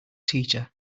teacher